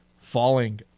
falling